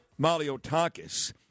Maliotakis